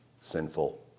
sinful